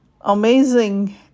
amazing